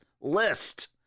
List